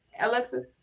Alexis